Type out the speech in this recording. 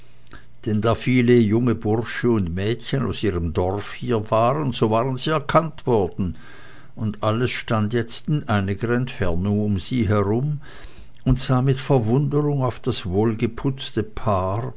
denn da viele junge bursche und mädchen aus ihrem dorfe hier waren so waren sie erkannt worden und alles stand jetzt in einiger entfernung um sie herum und sah mit verwunderung auf das wohlgeputzte paar